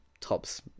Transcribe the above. tops